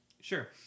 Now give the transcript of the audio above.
sure